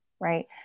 right